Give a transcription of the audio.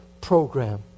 program